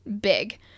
big